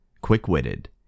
quick-witted